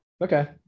Okay